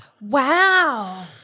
Wow